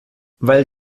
weil